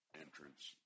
entrance